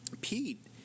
Pete